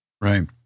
Right